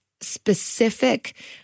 specific